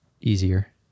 easier